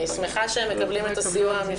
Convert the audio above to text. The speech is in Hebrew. אני שמחה שהם מקבלים את הסיוע המשפטי.